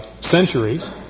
centuries